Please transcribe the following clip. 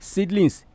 Seedlings